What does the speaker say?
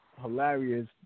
hilarious